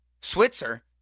Switzer